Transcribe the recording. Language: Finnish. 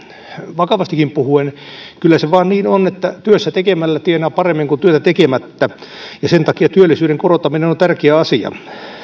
vakavastikin puhuen kyllä se vain niin on että työtä tekemällä tienaa paremmin kuin työtä tekemättä sen takia työllisyyden korottaminen on tärkeä asia